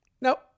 Nope